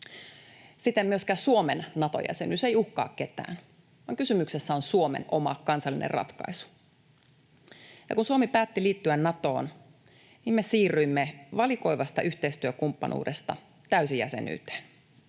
Siten myöskään Suomen Nato-jäsenyys ei uhkaa ketään, vaan kysymyksessä on Suomen oma kansallinen ratkaisu. Ja kun Suomi päätti liittyä Natoon, me siirryimme valikoivasta yhteistyökumppanuudesta täysjäsenyyteen.